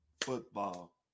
football